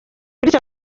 bityo